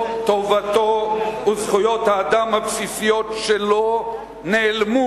טובתו וזכויות האדם הבסיסיות שלו נעלמו